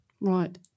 Right